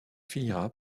finira